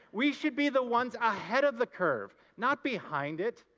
we should be the ones ah ahead of the curve, not behind it!